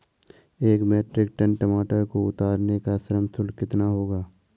एक metric ton टमाटर को उतारने का श्रम शुल्क कितना होगा?